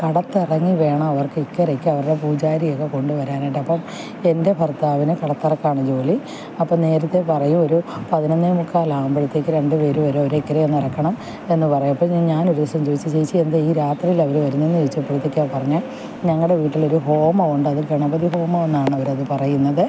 കടത്ത് ഇറങ്ങി വേണം അവർക്ക് ഇക്കരയ്ക്ക് അവരുടെ പൂജാരി ഒക്കെ കൊണ്ടുവരാനായിട്ട് അപ്പം എൻ്റെ ഭർത്താവിന് കടത്തിറക്കാണ് ജോലി അപ്പോൾ നേരത്തെ പറയും ഒരു പതിനൊന്നേ മുക്കാൽ ആകുമ്പോഴത്തേക്കും രണ്ടു പേർ വരും അവരെ ഇക്കരെ ഒന്ന് ഇറക്കണം എന്ന് പറയും അപ്പോഴത്തേന് ഞാൻ ഒരു ദിവസം ചോദിച്ചു ചേച്ചി എന്താണ് ഈ രാത്രിയിൽ അവർ വരുന്നതെന്ന് ചോദിച്ചപ്പോഴത്തേക്കാണ് പറഞ്ഞത് ഞങ്ങളുടെ വീട്ടിൽ ഒരു ഹോമം ഉണ്ട് അത് ഗണപതി ഹോമം എന്നാണ് അവർ അത് പറയുന്നത്